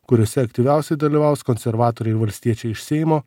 kuriose aktyviausiai dalyvaus konservatoriai valstiečiai iš seimo